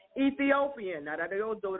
Ethiopian